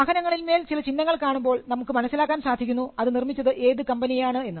വാഹനങ്ങളിൽ മേൽ ചില ചിഹ്നങ്ങൾ കാണുമ്പോൾ നമുക്ക് മനസ്സിലാക്കാൻ സാധിക്കുന്നു അത് നിർമ്മിച്ചത് ഏത് കമ്പനിയാണെന്ന്